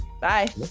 Bye